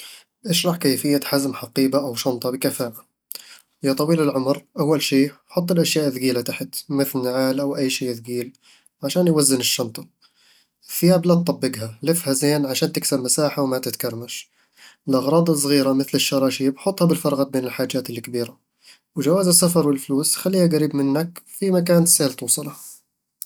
اشرح كيفية حزم حقيبة أو شنطة بكفاءة. يا طويل العمر، أول شي حط الأشياء الثقيلة تحت، مثل النعال وأي شي ثقيل، عشان يوزّن الشنطة الثياب لا تطبقها، لفها زين عشان تكسب مساحة وما تتكرمش الأغراض الصغيرة مثل الشراريب حطها بالفراغات بين الحاجات الكبيرة وجواز السفر والفلوس خليها قريب منك في مكان سهل توصله